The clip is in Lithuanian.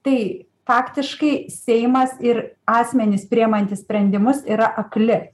tai faktiškai seimas ir asmenys priimantys sprendimus yra akli